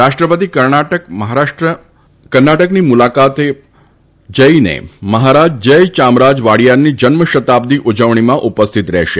તેઓ આજે કર્ણાટકની મુલાકાત જઇને મહારાજા જયચામરાજ વાડિયારની જન્મ શતાબ્દી ઉજવણીમાં ઉપસ્થિત રહેશે